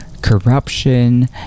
corruption